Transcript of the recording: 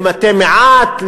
למתי-מעט,